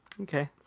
Okay